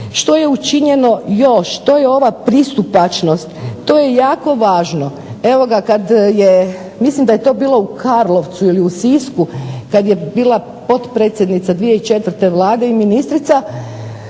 što je učinjeno još. To je ova pristupačnost, to je jako važno. Kad je, mislim da je to bilo u Karlovcu ili u Sisku, kad je bila potpredsjednica 2004. Vlade i ministrica